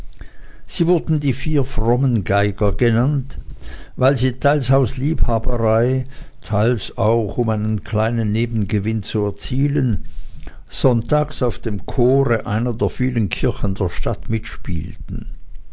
sie wurden die vier frommen geiger genannt weil sie teils aus liebhaberei teils auch um einen kleinen nebengewinn zu erzielen sonntags auf dem chore einer der vielen kirchen der stadt mitspielten